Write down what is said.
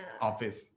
Office